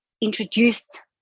introduced